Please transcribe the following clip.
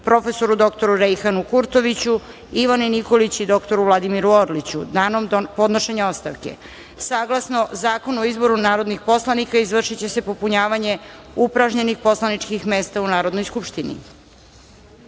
prof. dr Rejhanu Kurtoviću, Ivani Nikolić i dr Vladimiru Orliću danom podnošenja ostavke. Saglasno Zakonu o izboru narodnih poslanika izvršiće se popunjavanje upražnjenih poslaničkih mesta u Narodnoj skupštini. Pošto